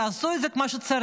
תעשו את זה כמו שצריך,